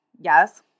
Yes